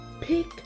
pick